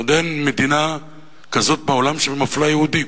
עוד אין מדינה כזאת בעולם שמפלה בין יהודים.